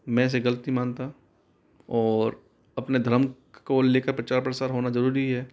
मैं इसे गलत नी मानता और अपने धर्म को लेकर प्रचार प्रसार होना ज़रूरी है